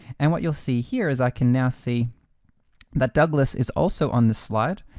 and what you'll see here is i can now see that douglas is also on this slide,